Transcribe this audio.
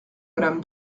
madame